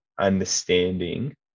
understanding